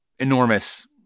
Enormous